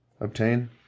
obtain